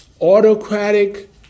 autocratic